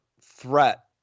threat